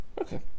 Okay